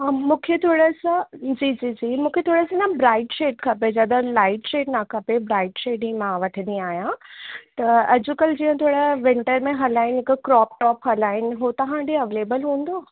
मूंखे थोरा सा जी जी जी मूंखे थोरा सा न ब्राइट शेड खपे जादा लाइट शेड न खपे ब्राइट शेड ई मां वठंदी आहियां त अॼकल जीअं थोड़ा विन्टर में हलया आहिनि हिक क्रोप टॉप हला आहिनि हू तव्हां डिए अवेलेबल हूंदो